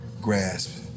grasp